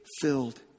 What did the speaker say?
filled